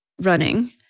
running